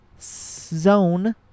zone